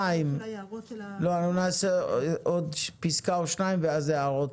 תקראי עוד פסקה או שתיים ואז הערות.